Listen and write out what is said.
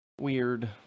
Weird